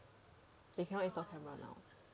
they cannot install camera now